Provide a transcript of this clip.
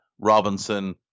Robinson